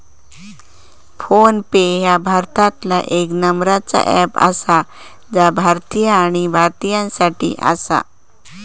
phone पे ह्या भारतातला येक नंबरचा अँप आसा जा भारतीय हा आणि भारतीयांसाठी आसा